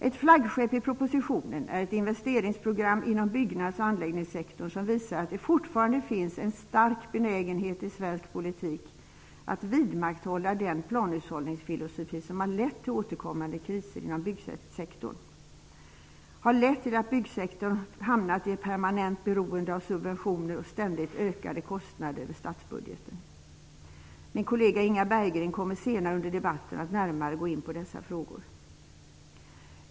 Ett flaggskepp i propositionen är ett investeringsprogram inom byggnads och anläggningssektorn som visar att det fortfarande finns en stark benägenhet i svensk politik att vidmakthålla den planhushållningsfilosofi som har lett till återkommande kriser inom byggsektorn, ett permanent beroende av subventioner och ständigt ökade kostnader över statsbudgeten. Min kollega Inga Berggren kommer senare under debatten att närmare gå in på dessa frågor.